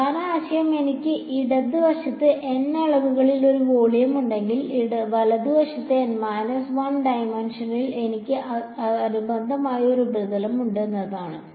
പ്രധാന ആശയം എനിക്ക് ഇടത് വശത്ത് N അളവുകളിൽ ഒരു വോളിയം ഉണ്ടെങ്കിൽ വലതുവശത്ത് N 1 ഡയമൻഷനിൽ എനിക്ക് അനുബന്ധമായ ഒരു ഉപരിതലമുണ്ട് എന്നതാണ്